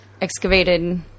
Excavated